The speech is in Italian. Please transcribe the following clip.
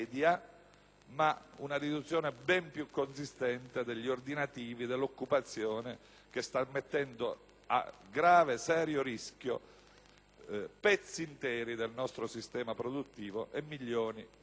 ma una riduzione ben più consistente degli ordinativi e dell'occupazione che sta mettendo a serio rischio pezzi interi del nostro sistema produttivo e milioni di famiglie.